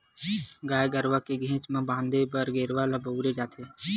गाय गरुवा के घेंच म फांदे बर गेरवा ल बउरे जाथे